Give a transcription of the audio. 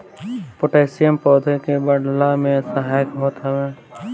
potassium पौधन के बढ़ला में सहायक होत हवे